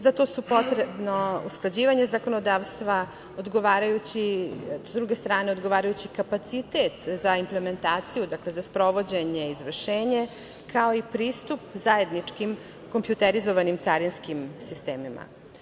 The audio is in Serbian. Zato je potrebno usklađivanje zakonodavstva, odgovarajući kapacitet za implementaciju, dakle za sprovođenje i izvršenje, kao i pristup zajedničkim kompjuterizovanim carinskim sistemima.